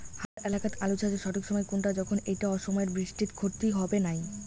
হামার এলাকাত আলু চাষের সঠিক সময় কুনটা যখন এইটা অসময়ের বৃষ্টিত ক্ষতি হবে নাই?